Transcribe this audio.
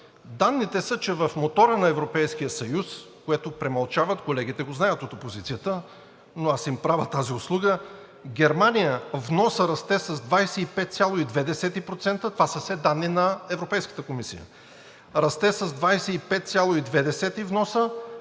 Данните са, че в мотора на Европейския съюз, което премълчават, колегите го знаят от опозицията, но аз им правя тази услуга, в Германия вносът расте с 25,2%, това са все данни на Европейската комисия, расте с 25,2 вносът,